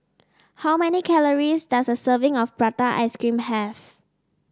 how many calories does a serving of Prata Ice Cream have